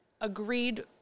agreed